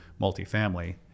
multifamily